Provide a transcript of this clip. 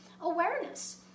awareness